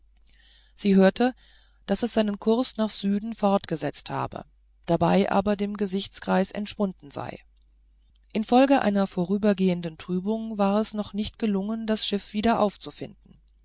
sie hörte daß es seinen kurs nach süden fortgesetzt habe dabei aber dem gesichtskreis entschwunden sei infolge einer vorübergehenden trübung war es noch nicht gelungen das schiff wieder aufzufinden